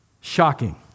Shocking